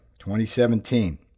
2017